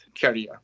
career